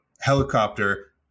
helicopter